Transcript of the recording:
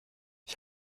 ich